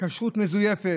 כשרות מזויפת.